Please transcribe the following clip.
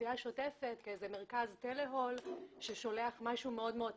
הגבייה השוטפת כאיזה מרכז טלאול ששולח משהו מאוד מאוד טכני.